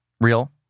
real